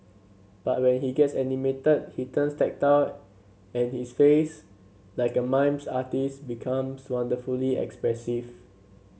but when he gets animated he turns tactile and his face like a mimes artist's becomes wonderfully expressive